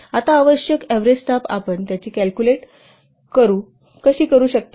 आता आवश्यक average staff आपण त्याची कॅल्कुलेट कशी करू शकता